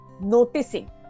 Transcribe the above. noticing